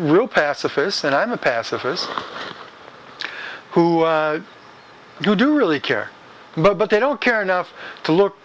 real pacifist and i'm a pacifist who do really care but they don't care enough to look